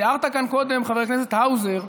תיארת כאן קודם, חבר הכנסת האוזר,